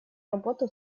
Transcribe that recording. работу